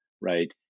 right